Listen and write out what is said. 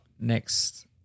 next